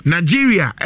Nigeria